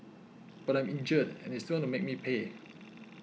but I'm injured and they still want to make me pay